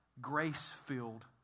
grace-filled